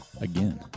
again